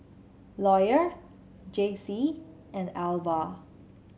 Lawyer Jaycie and Alvah